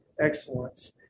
excellence